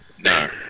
No